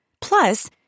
Plus